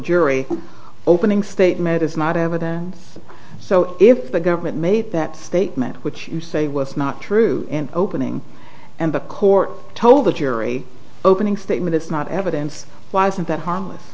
jury opening statement is not evidence so if the government made that statement which you say was not true in opening and the court told the jury opening statement it's not evidence wasn't that harmless